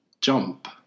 jump